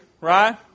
right